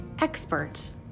expert